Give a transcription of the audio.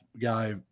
guy